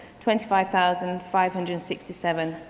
twenty five thousand five hundred and sixty seven,